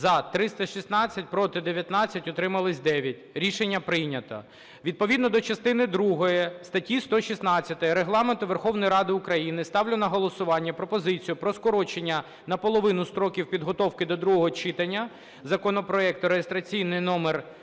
За-316 Проти – 19, утримались – 9. Рішення прийнято. Відповідно до частини другої статті 116 Регламенту Верховної Ради України ставлю на голосування пропозицію про скорочення наполовину строків підготовки до другого читання законопроекту (реєстраційний номер